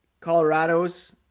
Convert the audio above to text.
Colorado's